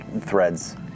threads